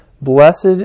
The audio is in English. blessed